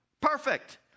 Perfect